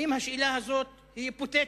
האם השאלה הזאת היא היפותטית?